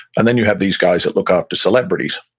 and then you have these guys that look after celebrities.